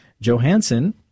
Johansson